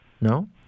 No